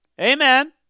Amen